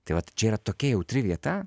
tai vat čia yra tokia jautri vieta